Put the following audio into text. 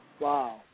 Wow